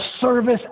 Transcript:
service